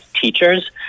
teachers